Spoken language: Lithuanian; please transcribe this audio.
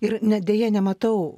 ir net deja nematau